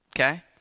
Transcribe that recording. Okay